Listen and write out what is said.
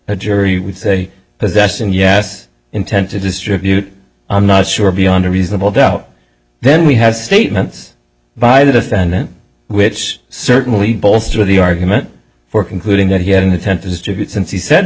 a jury would say possess and yes intent to distribute i'm not sure beyond a reasonable doubt then we have statements by the defendant which certainly bolster the argument for concluding that he had an intent to distribute since he said